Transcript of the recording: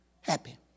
happy